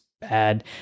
bad